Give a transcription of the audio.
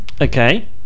Okay